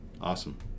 Awesome